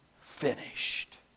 finished